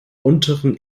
unteren